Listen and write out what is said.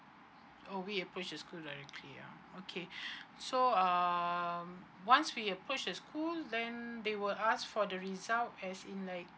oh we approach the school directly ah okay so um once we approach the school then they will ask for the result as in like